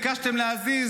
ביקשתם להזיז,